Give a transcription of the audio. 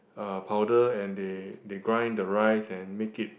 uh powder and they they grind the rice and make it